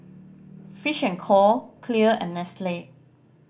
Fish and Co Clear and Nestle